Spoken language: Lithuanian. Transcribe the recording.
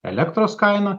elektros kainą